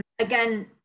again